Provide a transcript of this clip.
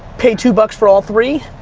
paid two bucks for all three,